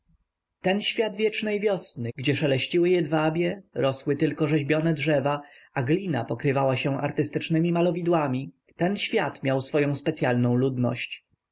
ten świat wiecznej wiosny gdzie szeleściły jedwabie rosły tylko rzeźbione drzewa a glina pokrywała się artystycznemi malowidłami ten świat miał swoję specyalną ludność